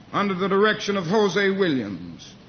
under the direction of hosea williams.